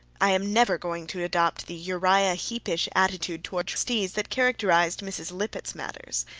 i am never going to adopt the uriah heepish attitude toward trustees that characterized mrs. lippett's manners.